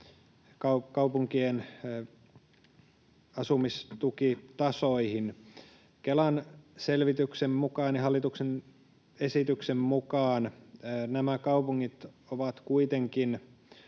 kaupunkien asumistukitasoihin. Kelan selvityksen mukaan ja hallituksen esityksen mukaan nämä kaupungit ovat kuitenkin